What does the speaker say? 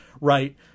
right